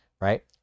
Right